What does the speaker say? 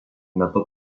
metu